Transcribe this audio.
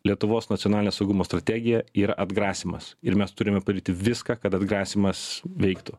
lietuvos nacionalinio saugumo strategija yra atgrasymas ir mes turime paliti viską kad atgrasymas veiktų